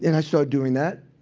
and i start doing that.